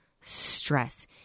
stress